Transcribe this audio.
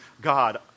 God